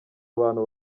abantu